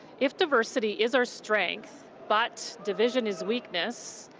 if diversity is our strength, but division is weakness,